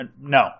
No